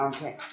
Okay